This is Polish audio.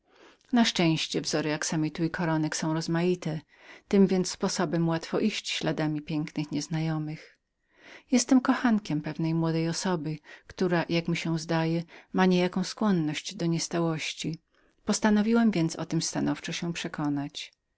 na szczęście wzory axamitu i koronek są rozmaite tym więc sposobem łatwo dojść śladów pięknych nieznajomych jestem kochankiem pewnej młodej osoby która o ile mi się zdaje ma niejaką skłonność do niestałości postanowiłem zatem stanowczo się przekonać